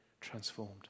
transformed